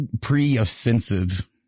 pre-offensive